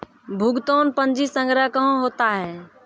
भुगतान पंजी संग्रह कहां होता हैं?